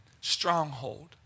stronghold